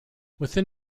within